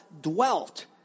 dwelt